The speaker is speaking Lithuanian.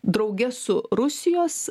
drauge su rusijos